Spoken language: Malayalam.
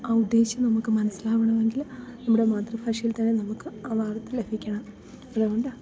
ആ ഉദ്ദേശം നമുക്ക് മനസ്സിലാവണമെങ്കിൽ നമ്മുടെ മാതൃഭാഷയിൽ തന്നെ നമുക്ക് ആ വാർത്ത ലഭിക്കണം അതുകൊണ്ട്